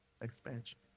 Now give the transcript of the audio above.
Expansion